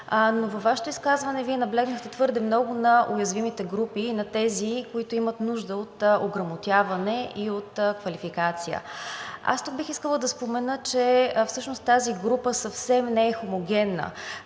но във Вашето изказване Вие наблегнахте твърде много на уязвимите групи и на тези, които имат нужда от ограмотяване и от квалификация. Аз тук бих искала да спомена, че всъщност тази група съвсем не е хомогенна.